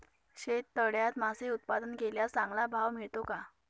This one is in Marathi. शेततळ्यात मासे उत्पादन केल्यास चांगला भाव मिळतो का?